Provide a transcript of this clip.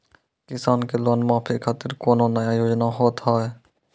किसान के लोन माफी खातिर कोनो नया योजना होत हाव?